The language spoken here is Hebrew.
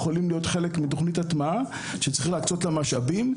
שיכולים להיות חלק מתכנית הטמעה שצריך להקצות לה משאבים,